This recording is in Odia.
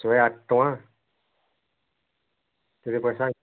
ଶହେ ଆଠ ଟଙ୍କା କେତେ ପଇସା